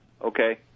Okay